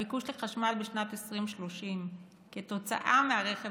הביקוש לחשמל בשנת 2030 כתוצאה מהרכב